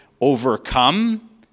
overcome